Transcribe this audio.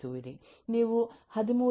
ನೀವು 13